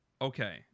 Okay